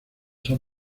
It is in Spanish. son